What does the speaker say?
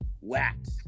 wax